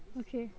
okay